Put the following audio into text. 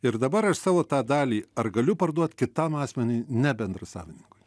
ir dabar aš savo tą dalį ar galiu parduot kitam asmeniui ne bendrasavininkui